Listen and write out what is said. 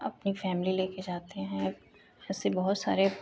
अपनी फ़ैमिली लेकर जाते हैं ऐसे बहुत सारे